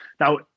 Now